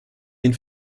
den